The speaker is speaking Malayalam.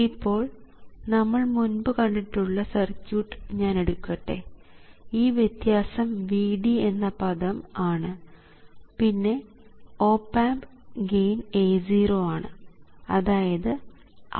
ഇപ്പോൾ നമ്മൾ മുൻപ് കണ്ടിട്ടുള്ള സർക്യൂട്ട് ഞാൻ എടുക്കട്ടെ ഈ വ്യത്യാസം Vd എന്ന പദം ആണ് പിന്നെ ഓപ് ആമ്പ് ഗെയിൻ A0 ആണ് അതായത് ഔട്ട്പുട്ട് A0V d ആണ്